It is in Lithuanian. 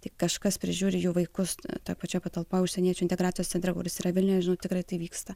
tai kažkas prižiūri jų vaikus toj pačioj patalpoj užsieniečių integracijos centre kuris yra vilniuje tikrai tai vyksta